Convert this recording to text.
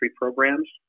programs